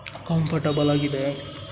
comfortable ಆಗಿದೆ